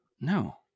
No